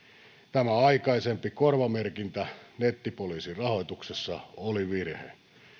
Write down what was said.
tämä aikaisempi korvamerkintä nettipoliisin rahoituksessa oli virhe